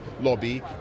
lobby